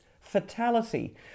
fatality